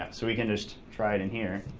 so we can just try it in here,